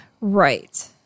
Right